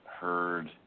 heard